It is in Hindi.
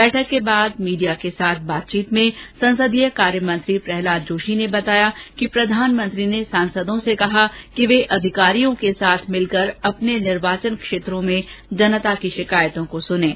बैठक के बाद मीडिया के साथ बातचीत में संसदीय कार्य मंत्री प्रहलाद जोशी ने बताया कि प्रधानमंत्री ने सांसदों से कहा कि वे अधिकारियों के साथ मिलकर अपने निर्वाचन क्षेत्रों में जनता की शिकायतों को सुनें